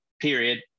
period